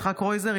יצחק קרויזר,